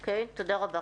אוקיי, תודה רבה.